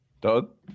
Doug